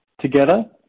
Together